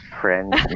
friends